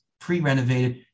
pre-renovated